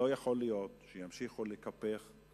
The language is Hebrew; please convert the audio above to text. לא יכול להיות שימשיכו לקפח